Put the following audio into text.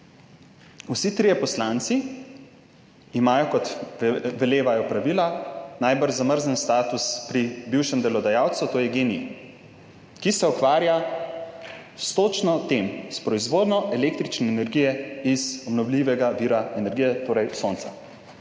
Vsi trije poslanci imajo, kot velevajo pravila, najbrž zamrznjen status pri bivšem delodajalcu, to je Gen-i, ki se ukvarja s točno tem, s proizvodnjo električne energije iz obnovljivega vira energije, torej sonca.